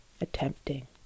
Attempting